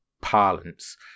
parlance